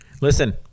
listen